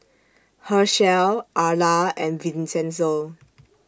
Hershell Arla and Vincenzo